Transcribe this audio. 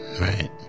Right